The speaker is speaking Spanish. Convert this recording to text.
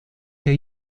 que